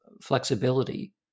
flexibility